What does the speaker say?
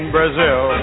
Brazil